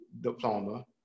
diploma